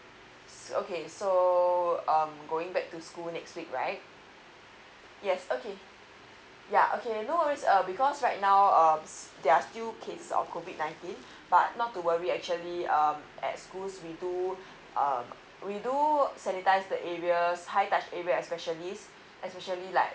okay so um going back to school next week right yes okay yeah okay I know it's um because right now um there are still case of COVID Nineteen but not to worry actually um at schools we do uh we do sanitise the area high touch area especially especially like